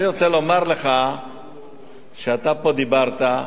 אני רוצה לומר לך שאתה פה דיברת,